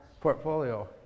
portfolio